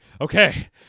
Okay